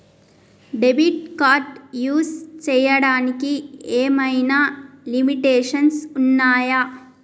Debit card use చేయడానికి ఏమైనా limitations ఉన్నాయా?